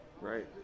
Right